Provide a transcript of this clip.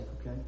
okay